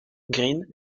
green